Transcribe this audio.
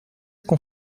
qu’on